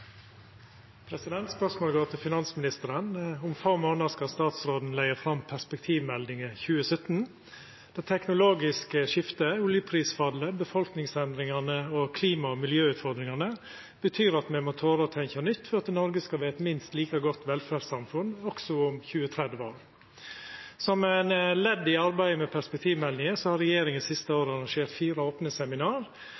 Spørsmålet mitt går til finansministeren. Om få månader skal statsråden leggja fram Perspektivmeldingen 2017. Det teknologiske skiftet, oljeprisfallet, befolkningsendringane og klima- og miljøutfordringane betyr at me må tora å tenkja nytt for at Noreg skal vera eit minst like godt velferdssamfunn også om 20–30 år. Som eit ledd i arbeidet med perspektivmeldinga har regjeringa det siste